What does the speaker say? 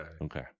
Okay